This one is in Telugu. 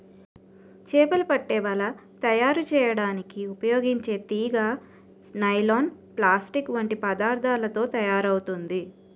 చేపలు పట్టే వల తయారు చేయడానికి ఉపయోగించే తీగ నైలాన్, ప్లాస్టిక్ వంటి పదార్థాలతో తయారవుతుంది